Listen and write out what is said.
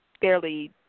fairly